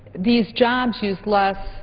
these jobs use less